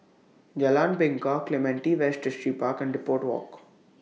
Jalan Bingka Clementi West Distripark and Depot Walk